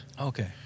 okay